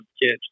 kids